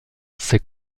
ses